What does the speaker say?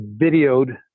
videoed